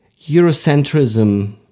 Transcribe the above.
Eurocentrism